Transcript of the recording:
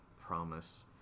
promise